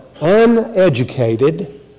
uneducated